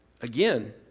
again